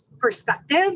perspective